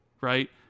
Right